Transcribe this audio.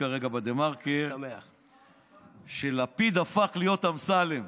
כרגע בדה-מרקר שלפיד הפך להיות אמסלם